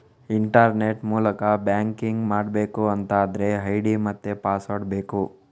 internet ಮೂಲಕ banking ಮಾಡ್ಬೇಕು ಅಂತಾದ್ರೆ ಐಡಿ ಮತ್ತೆ ಪಾಸ್ವರ್ಡ್ ಬೇಕು